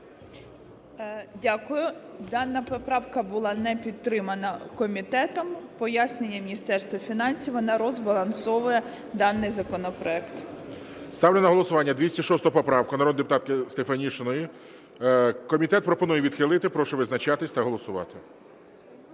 Дякую. Дана поправка була не підтримана комітетом. Пояснення Міністерства фінансів: вона розбалансовує даний законопроект. ГОЛОВУЮЧИЙ. Ставлю на голосування 206 поправку народної депутатки Стефанишиної. Комітет пропонує відхилити. Прошу визначатись та голосувати.